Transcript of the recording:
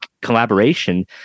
collaboration